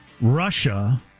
Russia